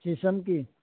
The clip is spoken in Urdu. شیشم کی